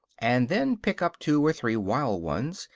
and then pick up two or three wild ones,